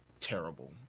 terrible